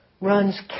runs